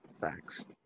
facts